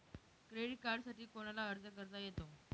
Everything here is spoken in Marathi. क्रेडिट कार्डसाठी कोणाला अर्ज करता येतो?